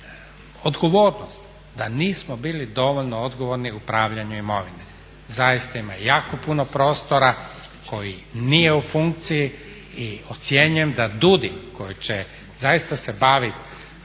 odgovornost. Da nismo bili dovoljno odgovorni u upravljanju imovinom. Zaista ima jako puno prostora koji nije u funkciji i ocjenjujem da DUUDI koji će zaista se baviti